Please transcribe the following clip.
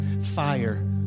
fire